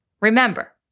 Remember